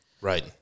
Right